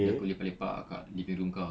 then aku lepak-lepak kat living room kau